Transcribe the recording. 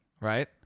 right